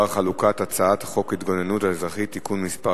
חלוקת הצעת חוק ההתגוננות האזרחית (תיקון מס'